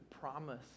promise